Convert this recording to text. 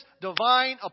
divine